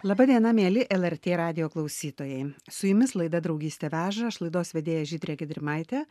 laba diena mieli lrt radijo klausytojai su jumis laida draugystė veža aš laidos vedėja žydrė gedrimaitė